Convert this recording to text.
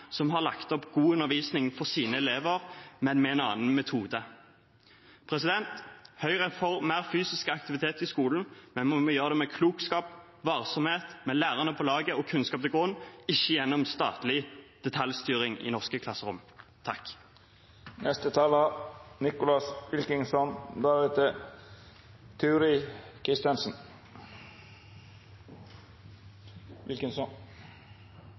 som har lagt opp en god undervisning for sine elever, men med en annen metode. Høyre er for mer fysisk aktivitet i skolen, men vi må gjøre det med klokskap, varsomhet, med lærerne med på laget, og det må ligge kunnskap til grunn – ikke gjennom statlig detaljstyring i norske klasserom.